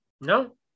No